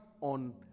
on